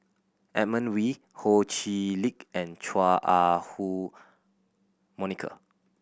Edmund Wee Ho Chee Lick and Chua Ah Huwa Monica